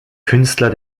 künstler